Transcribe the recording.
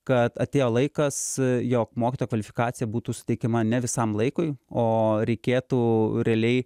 kad atėjo laikas jog mokytojo kvalifikacija būtų suteikiama ne visam laikui o reikėtų realiai